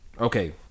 okay